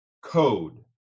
Code